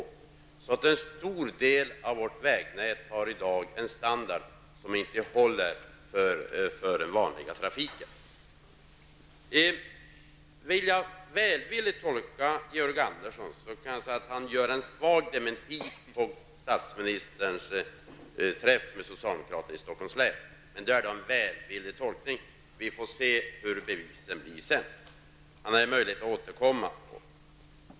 Följden har blivit att en stor del av vårt vägnät i dag har en standard som inte håller för den vanliga trafiken. Om jag tolkar Georg Andersson välvilligt kan jag säga att han gör en svag dementi beträffande statsministerns träff med socialdemokraterna i Stockholms län. Det rör sig då om en välvillig tolkning. Vi får se hur det blir sedan. Det finns ju en möjlighet att återkomma.